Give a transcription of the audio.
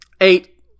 Eight